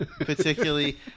particularly